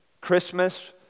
Christmas